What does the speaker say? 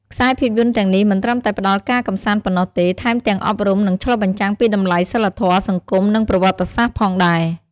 ខ្សែភាពយន្តទាំងនេះមិនត្រឹមតែផ្តល់ការកម្សាន្តប៉ុណ្ណោះទេ ថែមទាំងអប់រំ និងឆ្លុះបញ្ចាំងពីតម្លៃសីលធម៌ សង្គម និងប្រវត្តិសាស្ត្រផងដែរ។